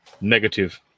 negative